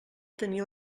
tenia